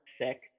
sick